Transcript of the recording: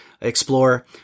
explore